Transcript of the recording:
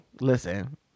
listen